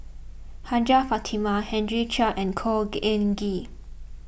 Hajjah Fatimah Henry Chia and Khor Ean Ghee